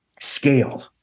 scale